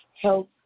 health